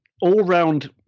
all-round